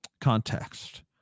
context